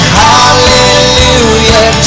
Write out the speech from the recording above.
hallelujah